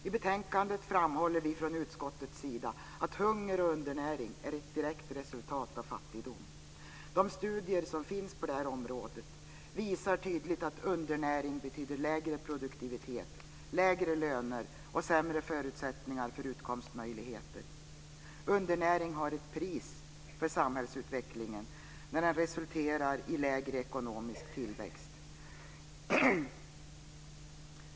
I betänkandet framhåller vi från utskottets sida att hunger och undernäring är ett direkt resultat av fattigdom. De studier som finns på detta område visar tydligt att undernäring betyder lägre produktivitet, lägre löner och sämre förutsättningar att få en utkomst. Undernäring har ett pris vad gäller samhällsutvecklingen när den resulterar i lägre ekonomisk tillväxt.